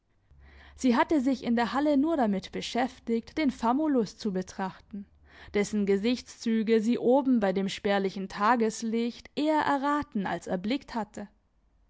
sie hatte sich in der halle nur damit beschäftigt den famulus zu betrachten dessen gesichtszüge sie oben bei dem spärlichen tageslicht eher erraten als erblickt hatte